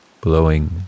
blowing